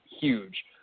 huge